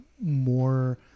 more